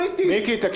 הרביזיה.